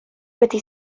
wedi